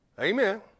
Amen